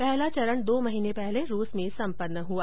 पहला चरण दो महीने पहले रूस में संपन्न हआ